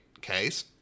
case